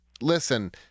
listen